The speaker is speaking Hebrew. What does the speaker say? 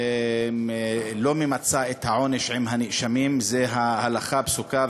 לא ממצה את העונש עם הנאשמים זו ההלכה הפסוקה,